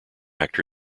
actor